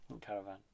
caravan